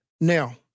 Now